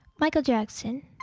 michael jackson